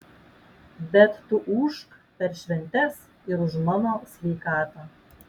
bet tu ūžk per šventes ir už mano sveikatą